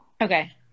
Okay